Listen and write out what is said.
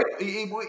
right